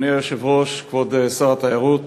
אדוני היושב-ראש, כבוד שר התיירות,